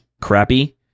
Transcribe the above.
crappy